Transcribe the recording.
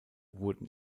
wurden